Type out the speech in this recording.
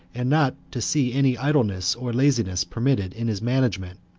and not to see any idleness or laziness permitted in his management,